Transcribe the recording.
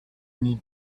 need